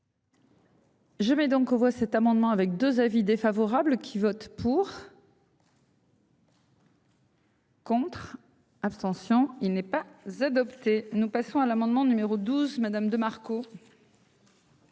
Je vais donc on voit cet amendement avec 2 avis défavorables qui vote pour. Contre, abstention il n'est pas z'. Nous passons à l'amendement numéro 12 Madame de Marco.